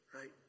right